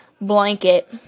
blanket